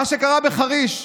מה שקרה בחריש.